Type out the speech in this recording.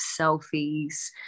selfies